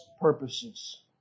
purposes